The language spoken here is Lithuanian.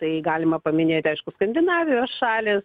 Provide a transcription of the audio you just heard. tai galima paminėti aišku skandinavijos šalys